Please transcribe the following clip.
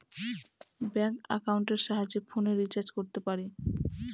bank একাউন্টের সাহায্যে ফোনের রিচার্জ করতে পারি